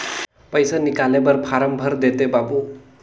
पइसा निकाले बर फारम भर देते बाबु?